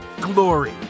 Glory